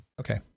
Okay